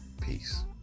Peace